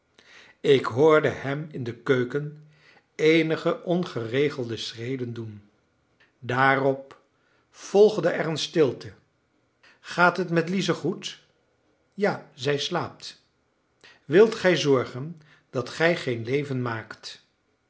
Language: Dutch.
ik hoorde hem in de keuken eenige ongeregelde schreden doen daarop volgde er een stilte gaat het met lize goed ja zij slaapt wilt gij zorgen dat gij geen leven maakt